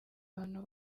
abantu